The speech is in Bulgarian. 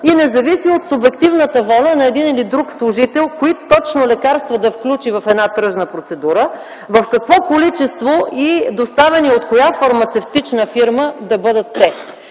и не зависи от субективната воля на един или друг служител - кои точно лекарства да включи в една тръжна процедура, в какво количество и доставени от коя фармацевтична фирма да бъдат те.